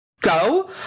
go